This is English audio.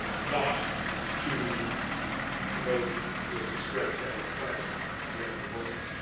not to promote the spread of family planning around the world.